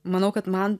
manau kad man